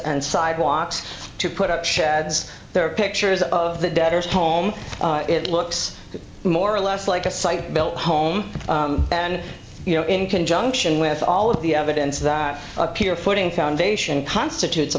and sidewalks to put up sheds there are pictures of the debtors home it looks more or less like a site built home and you know in conjunction with all of the evidence that appear footing foundation constitutes a